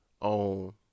on